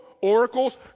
oracles